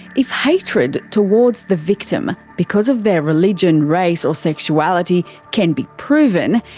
if hatred towards the victim because of their religion, race or sexuality can be proven,